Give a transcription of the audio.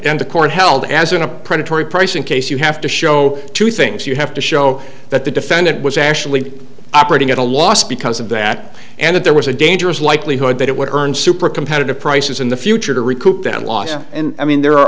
and the court held as in a predatory pricing case you have to show two things you have to show that the defendant was actually operating at a loss because of that and if there was a dangerous likelihood that it would earn super competitive prices in the future to recoup that loss i mean there are